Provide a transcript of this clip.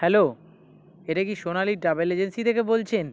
hello এটা কি Sonali travel agency থেকে বলছেন